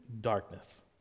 darkness